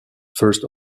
first